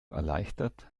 erleichtert